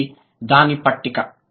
ఇది దాని పట్టిక